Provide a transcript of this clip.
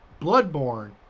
Bloodborne